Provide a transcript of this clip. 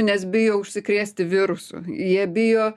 nes bijo užsikrėsti virusu jie bijo